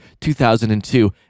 2002